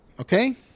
okay